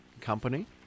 company